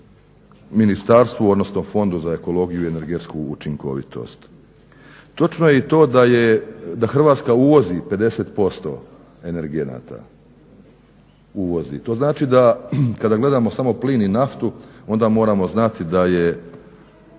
ministarstvu odnosno Fondu za ekologiju i energetsku učinkovitost. Točno je i to da Hrvatska uvozi 50% energenata, uvozi. Dakle to znači da kada gledamo samo plin i naftu onda moramo znati da je